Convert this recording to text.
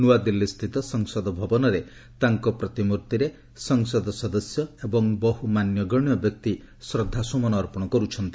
ନୂଆଦିଲ୍ଲୀସ୍ଥିତ ସଂସଦ ଭବନରେ ତାଙ୍କ ପ୍ରତିମୂର୍ତ୍ତିରେ ସଂସଦ ସଦସ୍ୟ ଏବଂ ବହୁ ମାନ୍ୟଗଣ୍ୟ ବ୍ୟକ୍ତି ଶ୍ରଦ୍ଧାସୁମନ ଅର୍ପଣ କରୁଛନ୍ତି